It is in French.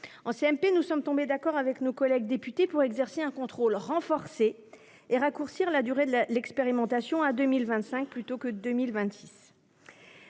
En CMP, nous sommes tombés d'accord avec nos collègues députés pour exercer un contrôle renforcé et raccourcir d'un an la durée de l'expérimentation, jusqu'en 2025.